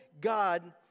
God